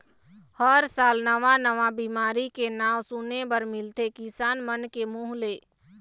हर साल नवा नवा बिमारी के नांव सुने बर मिलथे किसान मन के मुंह ले